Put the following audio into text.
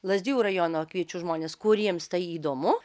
lazdijų rajono kviečiu žmones kuriems tai įdomu